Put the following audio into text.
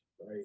right